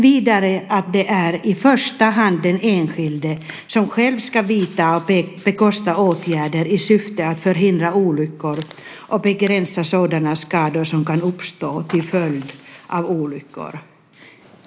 Vidare står det att det i första hand är den enskilde som själv ska vidta och bekosta åtgärder i syfte att förhindra olyckor och begränsa sådana skador som kan uppstå till följd av olyckor.